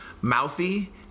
mouthy